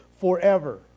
forever